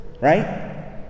right